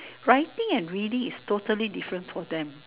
writing and reading is totally different for them